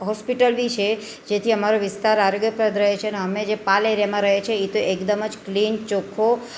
hospital બી છે જેથી અમારો વિસ્તાર આરોગ્યપ્રદ રહે છે અને અમે જે પાલ એરિયામાં રહીએ છીએ એ તો એકદમ જ ક્લીન ચોખ્ખો